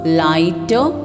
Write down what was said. lighter